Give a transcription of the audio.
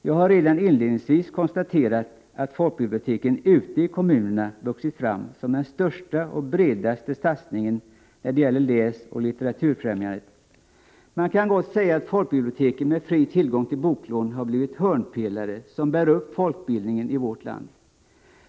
Jag har redan inledningsvis konstaterat att folkbiblioteken ute i kommunerna vuxit fram som den största och bredaste satsningen när det gäller läsoch litteraturfrämjandet. Man kan gott säga att folkbiblioteken med fri tillgång till boklån har blivit hörnpelare som bär upp folkbildningen i vårt land.